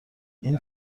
این